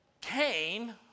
Cain